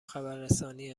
خبررسانی